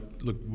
look